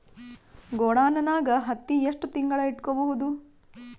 ಗೊಡಾನ ನಾಗ್ ಹತ್ತಿ ಎಷ್ಟು ತಿಂಗಳ ಇಟ್ಕೊ ಬಹುದು?